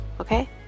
okay